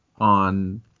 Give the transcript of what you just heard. on